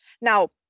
Now